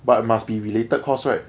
but must be related course right